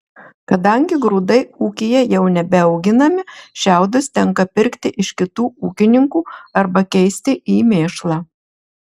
kadangi grūdai ūkyje jau nebeauginami šiaudus tenka pirkti iš kitų ūkininkų arba keisti į mėšlą